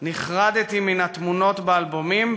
נחרדתי מהתמונות באלבומים,